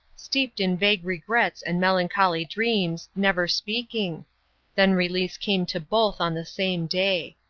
steeped in vague regrets and melancholy dreams, never speaking then release came to both on the same day.